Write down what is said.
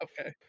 Okay